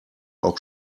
auch